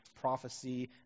prophecy